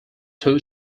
two